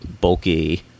bulky